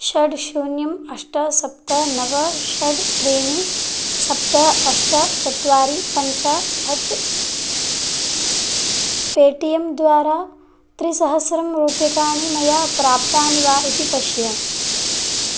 षड् शून्यम् अष्ट सप्त नव षड् त्रीणि सप्त अष्ट चत्वारि पञ्च एट् पेटीएम् द्वारा त्रिसहस्रं रूप्यकाणि मया प्राप्तानि वा इति पश्य